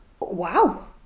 wow